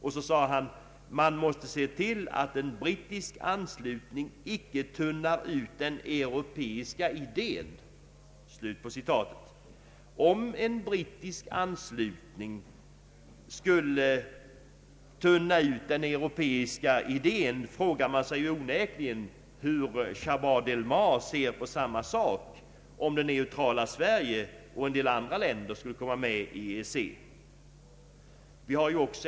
Han sade också: ”Man måste se till att en brittisk anslutning icke tunnar ut den europeiska idén.” Om en brittisk anslutning skulle tunna ut den europeiska idén, frågar man sig onekligen hur Chaban-Delmas ser på samma 'sak om det neutrala Sverige och en del andra länder skulle komma med i EEC.